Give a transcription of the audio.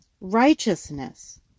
Righteousness